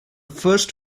first